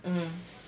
mmhmm